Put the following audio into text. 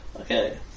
Okay